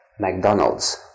McDonalds